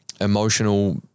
emotional